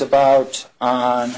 about on